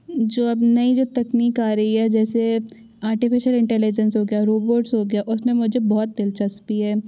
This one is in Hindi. जो अब नई जो तकनीक आ रही है जैसे आर्टिफ़िशियल इंटेलिजेंस हो गया रोबोट्स हो गया उसमें मुझे बहुत दिलचस्पी है